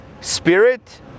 spirit